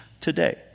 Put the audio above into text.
today